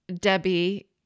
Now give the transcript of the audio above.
Debbie